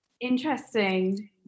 interesting